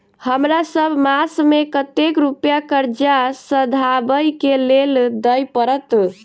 हमरा सब मास मे कतेक रुपया कर्जा सधाबई केँ लेल दइ पड़त?